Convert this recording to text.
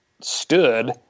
stood